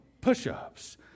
push-ups